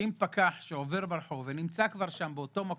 כשפקח עובר ברחוב ונמצא כבר באותו מקום,